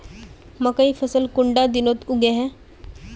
मकई फसल कुंडा दिनोत उगैहे?